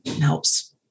helps